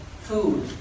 food